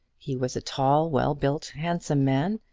he was a tall, well-built, handsome man,